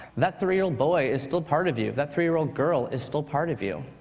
that three-year-old boy is still part of you. that three-year-old girl is still part of you.